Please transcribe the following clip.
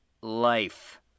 life